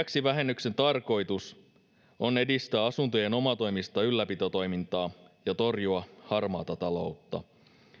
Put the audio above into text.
lisäksi vähennyksen tarkoitus on edistää asuntojen omatoimista ylläpitotoimintaa ja torjua harmaata taloutta